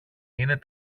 είναι